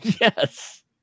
yes